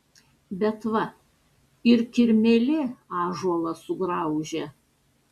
bet va ir kirmėlė ąžuolą sugraužia